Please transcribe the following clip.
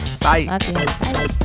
Bye